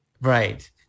Right